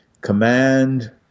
Command